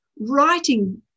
writing